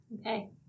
Okay